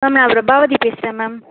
ma'am நான் பிரபாவதி பேசுகிறேன் ma'am